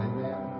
Amen